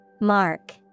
Mark